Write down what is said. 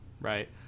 Right